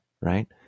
right